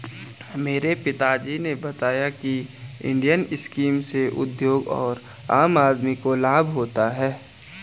मेरे पिता जी ने बताया की इंडियन स्कीम से उद्योग और आम आदमी को लाभ होता है